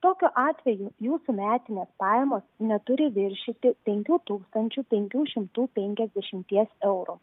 tokiu atveju jūsų metinės pajamos neturi viršyti penkių tūkstančių penkių šimtų penkiasdešimties eurų